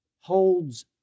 holds